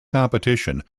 competition